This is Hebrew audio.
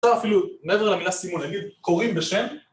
אפילו מעבר למילה סימון, נגיד קוראים בשם